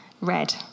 red